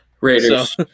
Raiders